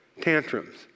tantrums